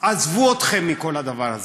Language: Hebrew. עזבו אתכם מכל הדבר הזה.